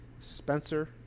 Spencer